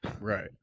Right